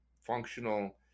functional